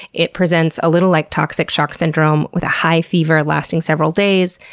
it presents a little like toxic shock syndrome, with high fever lasting several days,